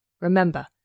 Remember